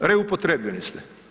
reupotrebljeni ste.